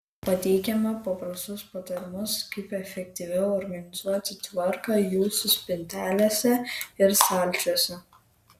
pateikiame paprastus patarimus kaip efektyviau organizuoti tvarką jūsų spintelėse ir stalčiuose